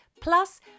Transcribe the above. plus